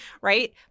right